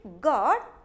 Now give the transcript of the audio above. God